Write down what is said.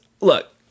look